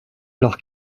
alors